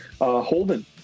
Holden